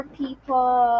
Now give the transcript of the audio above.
people